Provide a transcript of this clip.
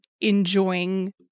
enjoying